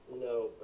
no